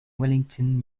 wellington